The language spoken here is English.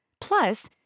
Plus